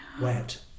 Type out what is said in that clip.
wet